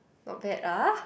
not bad ah